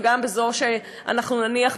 וגם על זו שאנחנו נניח,